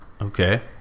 Okay